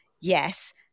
yes